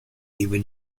even